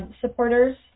supporters